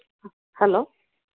hello